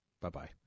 Bye-bye